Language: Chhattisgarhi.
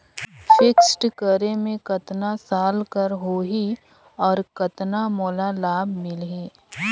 फिक्स्ड करे मे कतना साल कर हो ही और कतना मोला लाभ मिल ही?